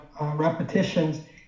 repetitions